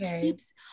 keeps